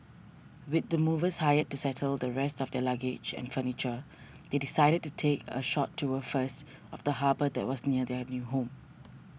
with the movers hired to settle the rest of their luggage and furniture they decided to take a short tour first of the harbour that was near their new home